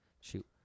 shoot